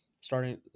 starting